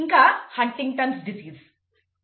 ఇంకా Huntington's disease Huntington's disease